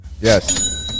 Yes